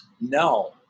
No